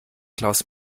klaus